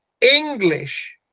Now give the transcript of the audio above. english